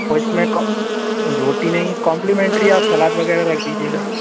और इस में कौ रोटी नहीं कॉप्लिमेंटरी आप सलाद वग़ैरह रख दीजिएगा